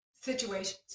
situations